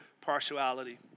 partiality